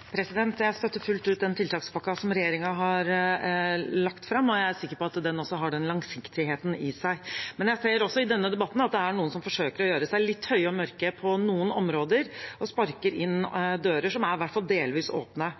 overimorgen. Jeg støtter fullt ut den tiltakspakken som regjeringen har lagt fram, og jeg er sikker på at den også har den langsiktigheten i seg. Men jeg ser også i denne debatten at det er noen som forsøker å gjøre seg litt høye og mørke på noen områder, og sparker inn dører som er i hvert fall delvis åpne.